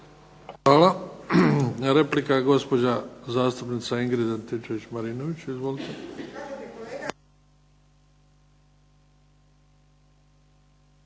Hvala. Replika gospođa zastupnica Ingrid Antičević Marinović. Izvolite.